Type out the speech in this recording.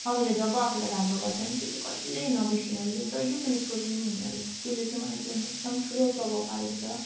अरूले जब आफूलाई राम्रो गर्छ नि त्यो चाहिँ कहिल्यै नबिर्सिनु अरे के जहिले पनि उसको ऋणी हुनु अरे त्यसले चाहिँ मलाई जीवनमा एकदम ठुलो प्रभाव पारेको छ